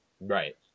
Right